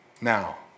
Now